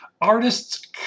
artists